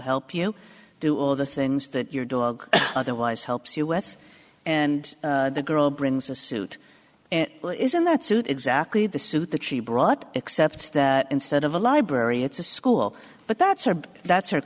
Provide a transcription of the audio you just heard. help you do all the things that your dog otherwise helps you with and the girl brings a suit and is in that suit exactly the suit that she brought except that instead of a library it's a school but that's her but that's her